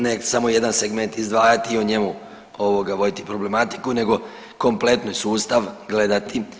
Ne samo jedan segment izdvajati i o njemu ovoga voditi problematiku nego kompletni sustav gledati.